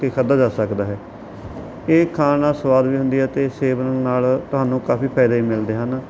ਕੇ ਖਾਧਾ ਜਾ ਸਕਦਾ ਹੈ ਇਹ ਖਾਣ ਨੂੰ ਸੁਆਦ ਵੀ ਹੁੰਦੀ ਹੈ ਅਤੇ ਸੇਵਨ ਨਾਲ ਤੁਹਾਨੂੰ ਕਾਫ਼ੀ ਫਾਇਦੇ ਵੀ ਮਿਲਦੇ ਹਨ